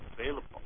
available